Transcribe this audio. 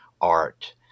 art